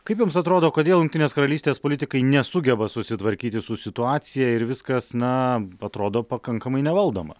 kaip jums atrodo kodėl jungtinės karalystės politikai nesugeba susitvarkyti su situacija ir viskas na atrodo pakankamai nevaldoma